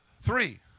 three